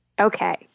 Okay